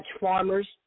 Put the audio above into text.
farmers